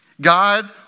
God